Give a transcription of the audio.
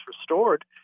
restored